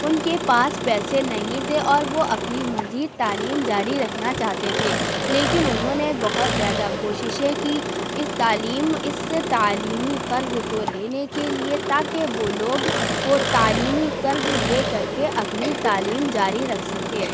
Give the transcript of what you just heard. ان کے پاس پیسے نہیں تھے اور وہ اپنی مزید تعلیم جاری رکھنا چاہتے تھے لیکن انہوں نے بہت زیادہ کوششیں کی اس تعلیم اس سے تعلیمی قرض کو لینے کے لیے تاکہ وہ لوگ وہ تعلیمی قرض لے کر کے اپنی تعلیم جاری رکھ سکیں